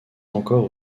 encore